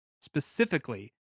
specifically